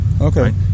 Okay